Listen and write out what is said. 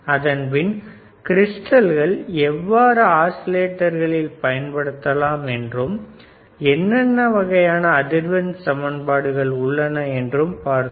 அதன்பின் கிறிஸ்டல்கள் எவ்வாறு ஆஸிலேட்டர்களில் பயன்படுத்தலாம் என்றும் என்னென்ன வகையான அதிர்வெண் சமன்பாடுகள் உள்ளன என்றும் பார்த்தோம்